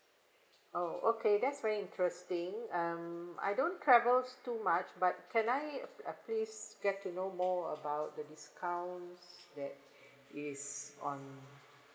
oh okay that's very interesting um I don't travel too much but can I uh please get to know more about the discounts that is on